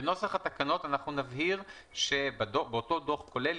בנוסח התקנות אנחנו נבהיר שבאותו דוח כולל